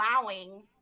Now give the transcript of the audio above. allowing